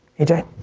a j.